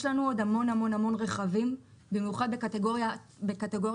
יש לנו עוד המון רכבים, במיוחד בקטגוריית המיני,